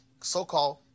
so-called